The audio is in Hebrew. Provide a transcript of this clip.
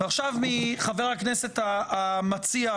ועכשיו מחבר הכנסת המציע,